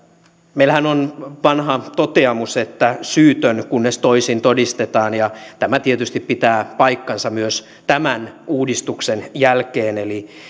meillähän on vanha toteamus että syytön kunnes toisin todistetaan ja tämä tietysti pitää paikkansa myös tämän uudistuksen jälkeen eli